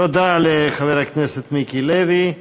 תודה לחבר הכנסת מיקי לוי.